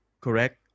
correct